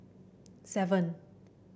seven